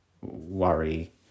worry